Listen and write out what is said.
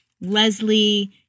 Leslie